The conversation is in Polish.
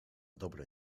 dobre